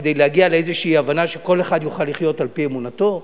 כדי להגיע לאיזושהי הבנה שכל אחד יוכל לחיות על-פי אמונתו.